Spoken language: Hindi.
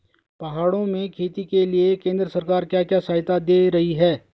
पहाड़ों में खेती के लिए केंद्र सरकार क्या क्या सहायता दें रही है?